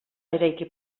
eraiki